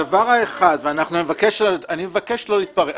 הדבר האחד, ואני מבקש לא להתפרץ,